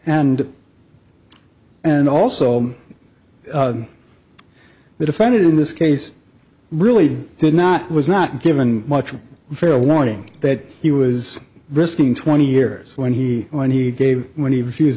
and and also the defendant in this case really did not was not given much of a fair warning that he was risking twenty years when he when he gave when he refused